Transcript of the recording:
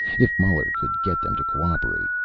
if muller could get them to cooperate,